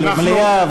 למליאה,